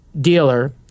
dealer